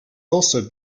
also